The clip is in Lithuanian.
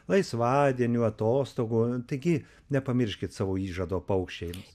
laisvadienių atostogų taigi nepamirškit savo įžado paukščiams